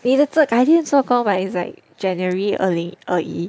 but it's like January 二零二一